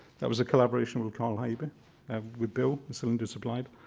that was a collaboration with carl haber and with bill, the cylinder supplied.